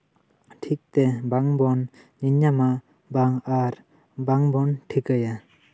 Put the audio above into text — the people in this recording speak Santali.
ᱴᱷᱤᱠᱛᱮ ᱵᱟᱝᱵᱚᱱ ᱧᱮᱧᱟᱢᱟ ᱵᱟᱝ ᱟᱨ ᱵᱟᱝᱵᱚᱱ ᱴᱷᱤᱠᱟᱹᱭᱟ